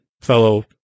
fellow